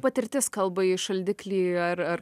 patirtis kalba į šaldiklį ar ar